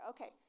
Okay